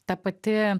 ta pati